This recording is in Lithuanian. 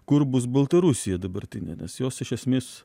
kur bus baltarusija dabartinė nes jos iš esmės